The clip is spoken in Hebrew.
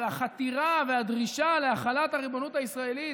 החתירה והדרישה להחלת הריבונות הישראלית